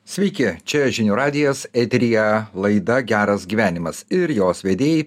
sveiki čia žinių radijas eteryje laida geras gyvenimas ir jos vedėjai